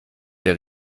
der